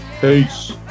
Peace